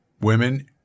women